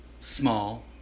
small